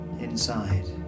inside